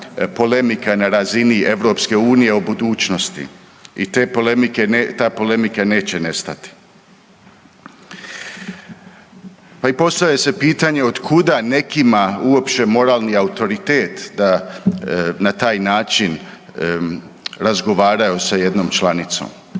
polemika na razini EU o budućnosti. I ta polemika neće nestati. Pa i postavlja se pitanje od kuda nekima uopće moralni autoritet da na taj način razgovaraju sa jednom članicom?